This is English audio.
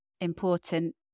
important